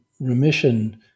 remission